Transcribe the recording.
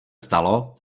stalo